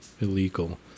illegal